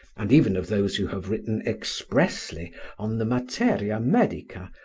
and even of those who have written expressly on the materia medica,